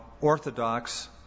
orthodox